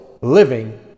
living